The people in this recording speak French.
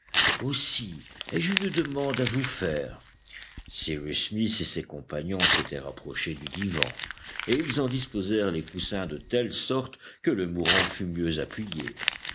aussi ai-je une demande à vous faire cyrus smith et ses compagnons s'étaient rapprochés du divan et ils en disposèrent les coussins de telle sorte que le mourant fût mieux appuyé